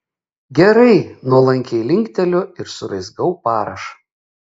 gerai nuolankiai linkteliu ir suraizgau parašą